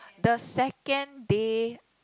the second day